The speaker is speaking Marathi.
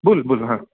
बोल बोल हां